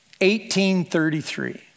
1833